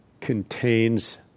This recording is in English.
contains